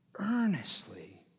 earnestly